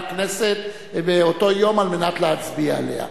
הכנסת באותו היום על מנת להצביע עליה.